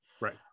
Right